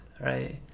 right